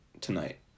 tonight